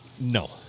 No